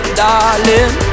darling